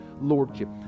Lordship